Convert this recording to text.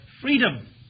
Freedom